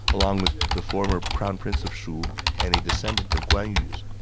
along with the former crown prince of shu and a descendant of guan yu's.